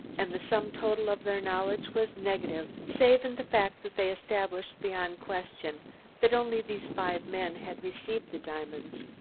and the sum total of their knowledge was negative, save in the fact that they established beyond question that only these five men had received the diamonds.